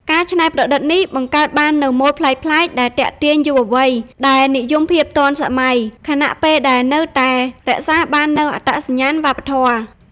ការច្នៃប្រឌិតនេះបង្កើតបាននូវម៉ូដប្លែកៗ ដែល ទាក់ទាញយុវវ័យ ដែលនិយមភាពទាន់សម័យ ខណៈពេលដែលនៅតែរក្សាបាននូវអត្តសញ្ញាណវប្បធម៌។